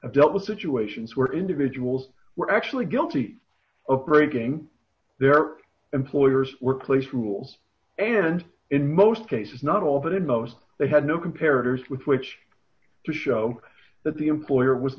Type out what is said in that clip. a dealt with situations where individuals were actually guilty of breaking their employer's workplace rules and in most cases not all but in most they had no comparatives with which to show that the employer was